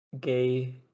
gay